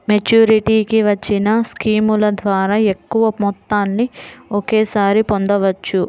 మెచ్యూరిటీకి వచ్చిన స్కీముల ద్వారా ఎక్కువ మొత్తాన్ని ఒకేసారి పొందవచ్చు